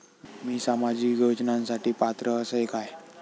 मी सामाजिक योजनांसाठी पात्र असय काय?